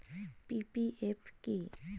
PPF কি?